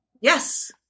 Yes